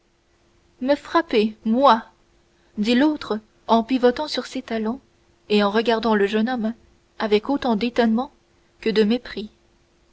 me frapper moi dit l'autre en pivotant sur ses talons et en regardant le jeune homme avec autant d'étonnement que de mépris